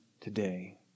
today